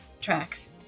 tracks